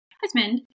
husband